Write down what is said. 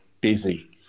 busy